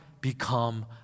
become